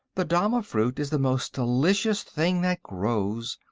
the dama-fruit is the most delicious thing that grows,